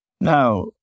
Now